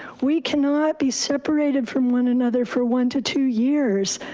we cannot be separated from one another for one to two years.